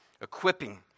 Equipping